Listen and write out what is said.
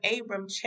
Abram